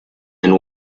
and